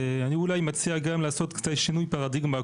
אני גם מציע לעשות שינוי פרדיגמה.